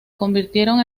convirtieron